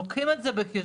האם מביאים את זה בחשבון?